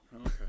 okay